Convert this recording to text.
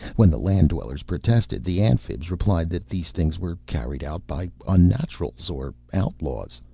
when the land-dwellers protested, the amphibs replied that these things were carried out by unnaturals or outlaws,